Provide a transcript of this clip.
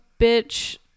bitch